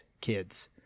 kids